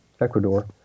Ecuador